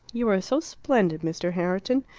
you are so splendid, mr. herriton,